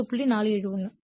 471